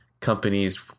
companies